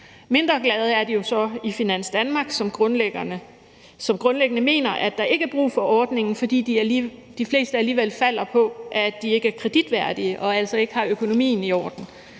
Mindre glade er de jo så i Finans Danmark, som grundlæggende mener, at der ikke er brug for ordningen, fordi de fleste alligevel falder på, at de ikke er kreditværdige og altså ikke har økonomien i orden.